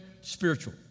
spiritual